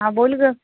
हां बोल गं